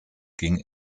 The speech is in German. ging